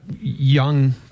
young